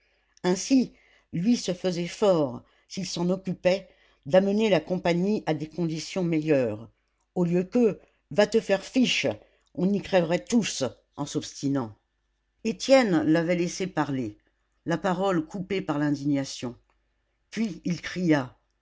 ainsi lui se faisait fort s'il s'en occupait d'amener la compagnie à des conditions meilleures au lieu que va te faire fiche on y crèverait tous en s'obstinant étienne l'avait laissé parler la parole coupée par l'indignation puis il cria